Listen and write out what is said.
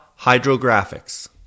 Hydrographics